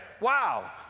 Wow